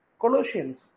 Colossians